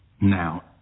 now